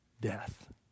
death